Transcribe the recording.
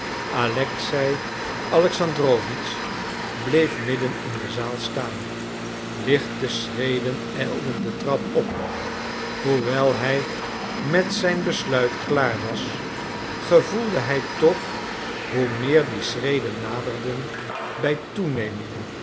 alexei alexandrowitsch bleef midden in de zaal staan lichte schreden ijlden de trap op hoewel hij met zijn besluit klaar was gevoelde hij toch hoe meer die schreden naderden bij toeneming